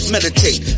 Meditate